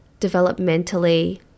developmentally